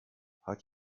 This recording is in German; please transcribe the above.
hat